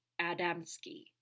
Adamski